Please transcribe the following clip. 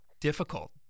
difficult